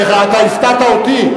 אתה הפתעת אותי.